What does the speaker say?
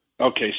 Okay